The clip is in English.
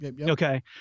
Okay